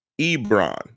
Ebron